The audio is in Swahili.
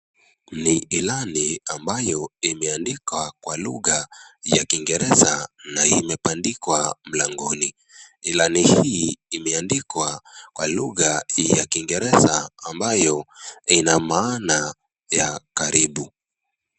Ni ilani ambayo imeandikwa kwa lugha ya kingereza, na imebandikwa mlangoni, ilani hii imeandikwa kwa lugha hii ya kingereza ambayo inamaana ya karibu.